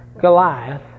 Goliath